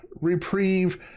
reprieve